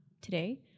today